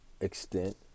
extent